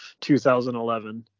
2011